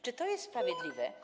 Czy to jest sprawiedliwe?